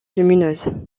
lumineuses